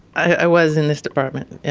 i was in this department, yes.